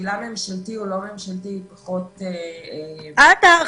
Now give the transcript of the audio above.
המילה ממשלתי או לא ממשלתי פחות --- האחריות